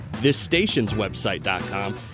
thisstationswebsite.com